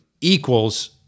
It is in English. equals